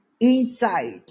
inside